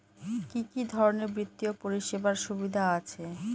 কি কি ধরনের বিত্তীয় পরিষেবার সুবিধা আছে?